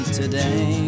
today